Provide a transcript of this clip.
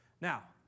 Now